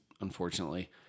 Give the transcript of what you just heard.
unfortunately